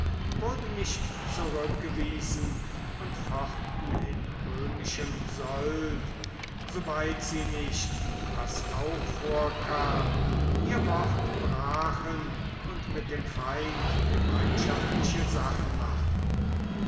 wurden nicht zurückgewiesen und fochten in römischem sold soweit sie nicht was auch vorkam ihr wort brachen und mit dem feind gemeinschaftliche sache machten